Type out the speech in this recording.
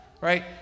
right